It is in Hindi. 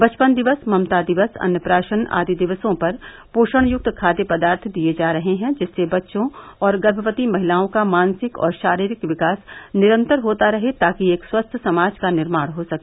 बचपन दिवस ममता दिवस अन्नप्राशन आदि दिवसों पर पोषण युक्त खाद्य पदार्थ दिये जा रहे हैं जिससे बच्चों और गर्मवती महिलाओं का मानसिक और शारीरिक विकास निरंतर होता रहे ताकि एक स्वाथ्य समाज का निर्माण हो सके